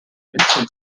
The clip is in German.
verstoßen